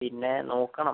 പിന്നെ നോക്കണം